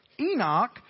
Enoch